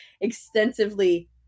extensively